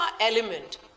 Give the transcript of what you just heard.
element